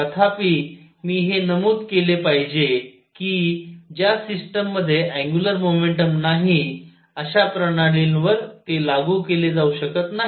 तथापि मी हे नमूद केले पाहिजे की ज्या सिस्टममध्ये अँग्युलर मोमेंटम नाही अशा प्रणालींवर ते लागू केले जाऊ शकत नाही